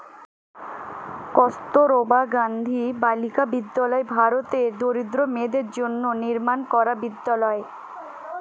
কস্তুরবা গান্ধী বালিকা বিদ্যালয় ভারতের দরিদ্র মেয়েদের জন্য নির্মাণ করা বিদ্যালয়